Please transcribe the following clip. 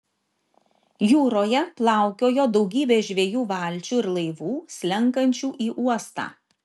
jūroje plaukiojo daugybė žvejų valčių ir laivų slenkančių į uostą